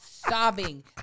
sobbing